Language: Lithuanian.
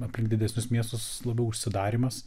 apie didesnius miestus labiau užsidarymas